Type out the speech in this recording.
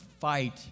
Fight